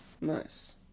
Nice